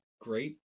great